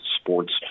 sports